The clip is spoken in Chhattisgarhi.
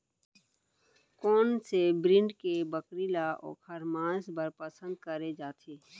कोन से ब्रीड के बकरी ला ओखर माँस बर पसंद करे जाथे?